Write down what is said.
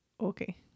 Okay